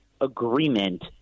agreement